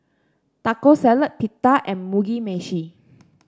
Taco Salad Pita and Mugi Meshi